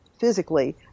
physically